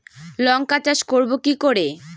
লঙ্কা চাষ করব কি করে?